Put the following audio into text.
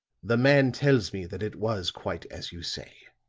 the man tells me that it was quite as you say.